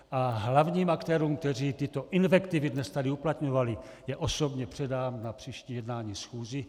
A hlavním aktérům, kteří tyto invektivy dnes tady uplatňovali, ji osobně předám na příští jednání schůze.